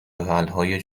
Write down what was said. حلهای